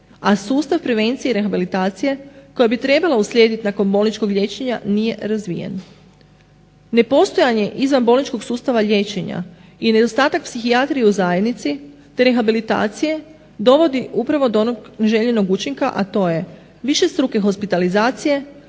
a sustav prevencije i rehabilitacije koja bi trebala uslijediti nakon bolničkog liječenja nije razvijeno. Nepostojanje izvanbolničkog sustava liječenja i nedostatak psihijatrije u zajednici, te rehabilitacije dovodi upravo do onog željenog učinka, a to je višestruke hospitalizacije